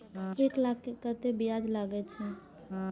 एक लाख के केतना ब्याज लगे छै?